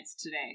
today